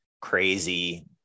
crazy